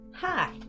Hi